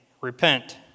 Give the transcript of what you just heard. Repent